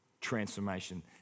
transformation